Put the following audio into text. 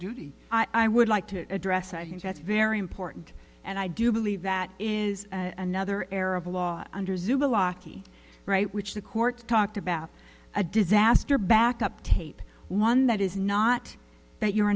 duty i would like to address i think that's very important and i do believe that is another error of law under which the court talked about a disaster backup tape one that is not that you're